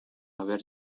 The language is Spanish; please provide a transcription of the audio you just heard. haber